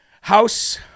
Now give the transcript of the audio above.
House